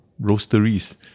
roasteries